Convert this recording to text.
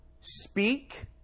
speak